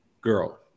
girl